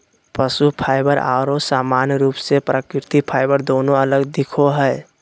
पशु फाइबर आरो सामान्य रूप से प्राकृतिक फाइबर दोनों अलग दिखो हइ